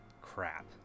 Crap